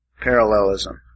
parallelism